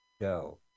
go